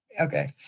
Okay